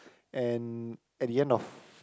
and at the end of